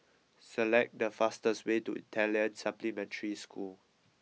select the fastest way to Italian Supplementary School